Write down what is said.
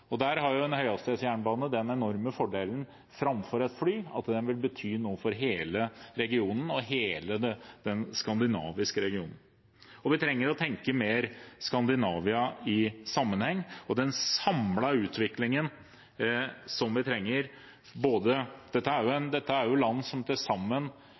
Der har en høyhastighetsjernbane den enorme fordelen framfor et fly at den vil bety noe for hele regionen og hele den skandinaviske regionen. Vi trenger å tenke mer på Skandinavia i sammenheng og på den samlede utviklingen som vi trenger. Dette er jo land som til sammen,